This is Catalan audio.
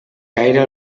gaire